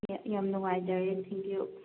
ꯌꯥꯝ ꯅꯨꯡꯉꯥꯏꯖꯔꯦ ꯊꯦꯡꯀꯤꯌꯨ